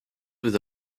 with